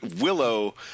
Willow